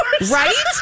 Right